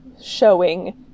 showing